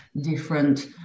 different